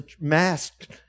masked